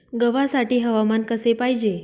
गव्हासाठी हवामान कसे पाहिजे?